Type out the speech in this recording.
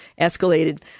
escalated